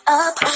up